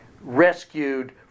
rescued